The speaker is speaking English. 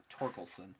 Torkelson